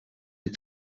est